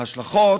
ההשלכות,